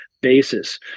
basis